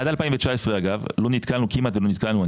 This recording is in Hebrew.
עד 2019 אגב לא נתקלנו כמעט ולא נתקלנו,